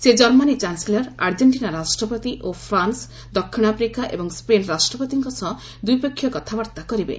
ସେ Germany chancellor Argentina ରାଷ୍ଟ୍ରପତି ଓ ଫ୍ରାନ୍ସ ଦକ୍ଷିଣ ଆଫ୍ରିକା ଏବଂ ସ୍ୱେନ୍ ରାଷ୍ଟ୍ରପତିଙ୍କ ସହ ଦ୍ୱିପକ୍ଷୀୟ କଥାବାର୍ତ୍ତା କରିବେ